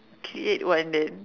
create one then